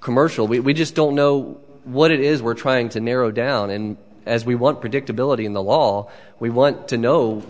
commercial we just don't know what it is we're trying to narrow down and as we want predictability in the law we want to know